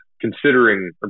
considering